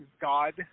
God